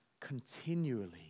continually